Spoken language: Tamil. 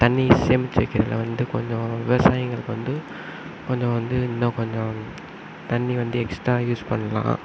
தண்ணி சேமிச்சு வைக்கிறதுல வந்து கொஞ்சம் விவசாயிங்களுக்கு வந்து கொஞ்சம் வந்து இன்னமும் கொஞ்சம் தண்ணி வந்து எக்ஸ்ட்டா யூஸ் பண்ணலாம்